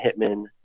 Hitman